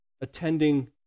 attending